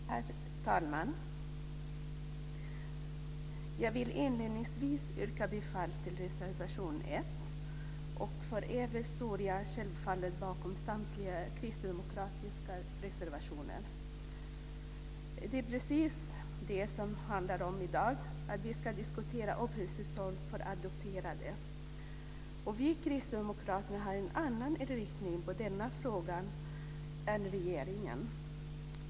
Herr talman! Jag vill inledningsvis yrka bifall till reservation 1. För övrigt står jag självfallet bakom samtliga kristdemokratiska reservationer. I dag ska vi diskutera uppehållstillstånd för adopterade. Och vi kristdemokrater har en annan inriktning i denna fråga än regeringen.